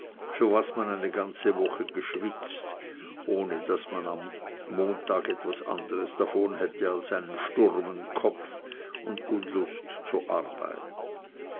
für was man eine ganze woche geschwitzt ohne daß man am montag etwas anderes davon hätte als einen sturmen kopf und unlust zur arbeit